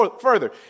further